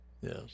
Yes